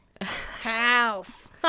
House